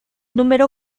número